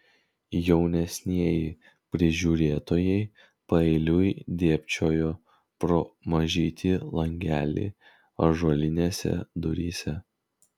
jaunesnieji prižiūrėtojai paeiliui dėbčiojo pro mažytį langelį ąžuolinėse duryse